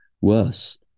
worse